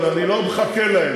אבל אני לא מחכה להם.